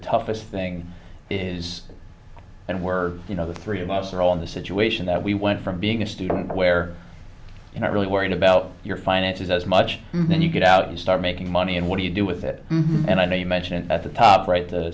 toughest thing is that we're you know the three of us are on the situation that we went from being a student where you're not really worried about your finances as much then you get out and start making money and what do you do with it and i know you mentioned at the top right the